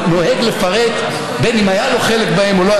ומילה אחת על מה שהיה כאן, אדוני